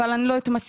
אבל אני לא אתמסכן.